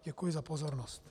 Děkuji za pozornost.